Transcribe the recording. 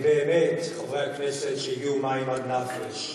באמת, חברי הכנסת, שהגיעו מים עד נפש.